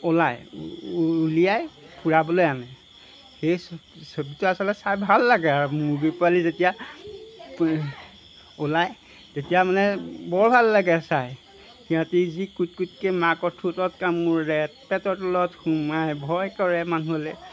ওলায় উলিয়াই ফুৰাবলৈ আনে সেই ছবিটো আচলতে চাই ভাল লাগে আৰু মুৰ্গী পোৱালি যেতিয়া ওলায় তেতিয়া মানে বৰ ভাল লাগে চায় সিহঁতি যি কুট কুটকৈ মাকৰ ঠোঁটত কামুৰে পেটৰ তলত সোমায় ভয় কৰে মানুহলৈ